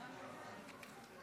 נגד,